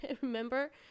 remember